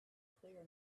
clear